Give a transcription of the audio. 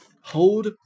hold